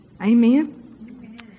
Amen